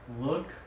look